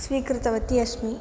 स्वीकृतवती अस्मि